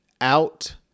out